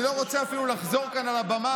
אני לא רוצה אפילו לחזור כאן על הבמה